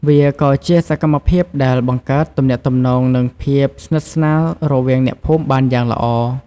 វាក៏ជាសកម្មភាពដែលបង្កើតទំនាក់ទំនងនិងភាពស្និទ្ធស្នាលរវាងអ្នកភូមិបានយ៉ាងល្អ។